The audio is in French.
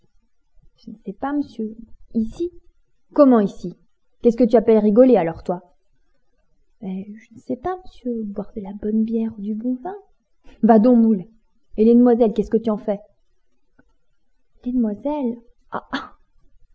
je n'sais pas m'sieur mais ici comment ici qu'est-ce que tu appelles rigoler alors toi mais je n'sais pas m'sieu boire de la bonne bière ou du bon vin va donc moule et les demoiselles qu'est-ce que t'en fais les demoiselles